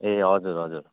ए हजुर हजुर